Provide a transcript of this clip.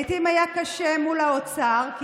לעיתים היה קשה מול האוצר,